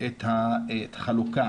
את החלוקה